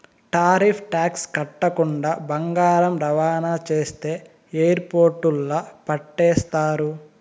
tariff tax కట్టకుండా బంగారం రవాణా చేస్తే ఎయిర్పోర్టుల్ల పట్టేస్తారు